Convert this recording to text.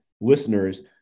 listeners